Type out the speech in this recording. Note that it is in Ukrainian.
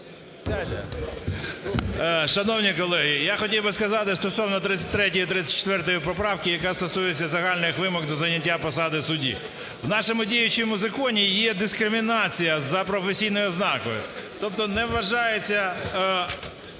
Шановні колеги, я хотів би сказати стосовно 33 і 34 поправки, яка стосується загальних вимог до зайняття посади судді. В нашому діючому законі є дискримінація за професійною ознакою, тобто не вважається